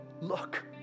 look